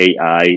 AI